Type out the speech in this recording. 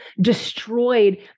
destroyed